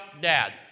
dad